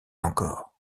encore